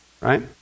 right